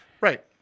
Right